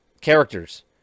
Characters